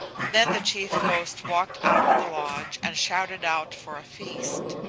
then the chief ghost walked out of the lodge and shouted out for a feast,